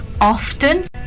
often